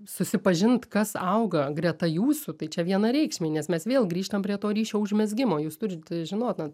susipažint kas auga greta jūsų tai čia vienareikšmiai nes mes vėl grįžtam prie to ryšio užmezgimo jūs turit žinot